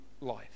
life